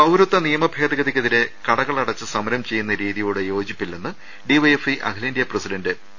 പൌരത്വനിയമഭേദഗതിക്കെതിരെ കടകളടച്ച് സമരം ചെയ്യുന്ന രീതിയോട് യോജിപ്പില്ലെന്ന് ഡി വൈ എഫ് ഐ അഖിലേന്ത്യാ പ്രസിഡന്റ് പി